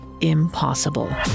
impossible